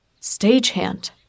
stagehand